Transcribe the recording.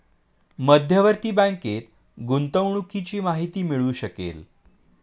मध्यवर्ती बँकेत गुंतवणुकीची माहिती मिळू शकेल